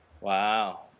Wow